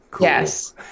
Yes